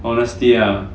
honesty ah